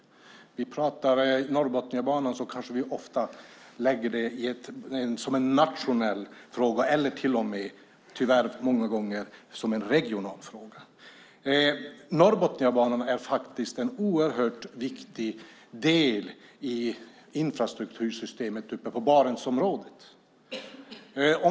När vi pratar om Norrbotniabanan kanske vi ofta lägger den som en nationell fråga eller till och med, tyvärr, många gånger som en regional fråga. Norrbotniabanan är en oerhört viktig del i infrastruktursystemet uppe i Barentsområdet.